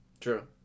true